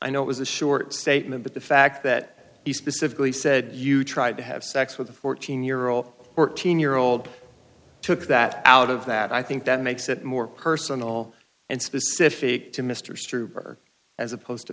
i know it was a short statement but the fact that he specifically said you tried to have sex with a fourteen year old fourteen year old took that out of that i think that makes it more personal and specific to mr stroup or as opposed to